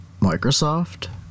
Microsoft